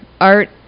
art